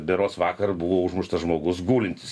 berods vakar buvo užmuštas žmogus gulintis